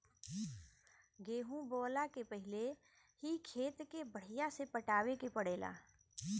गेंहू बोअला के पहिले ही खेत के बढ़िया से पटावे के पड़ेला